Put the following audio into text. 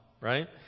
right